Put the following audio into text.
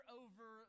over